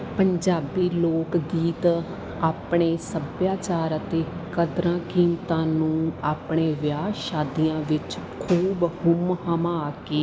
ਪੰਜਾਬੀ ਲੋਕ ਗੀਤ ਆਪਣੇ ਸੱਭਿਆਚਾਰ ਅਤੇ ਕਦਰਾਂ ਕੀਮਤਾਂ ਨੂੰ ਆਪਣੇ ਵਿਆਹ ਸ਼ਾਦੀਆਂ ਵਿੱਚ ਖੂਬ ਹੁੰਮ ਹੰਮਾ ਕੇ